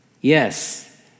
Yes